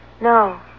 No